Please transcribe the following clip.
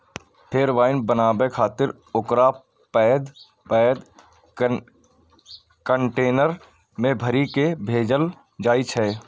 फेर वाइन बनाबै खातिर ओकरा पैघ पैघ कंटेनर मे भरि कें भेजल जाइ छै